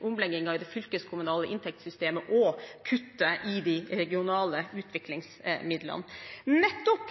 omleggingen i det fylkeskommunale inntektssystemet og kuttet i de regionale utviklingsmidlene. Nettopp